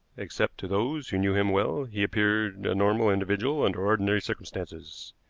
except to those who knew him well, he appeared a normal individual under ordinary circumstances.